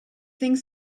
things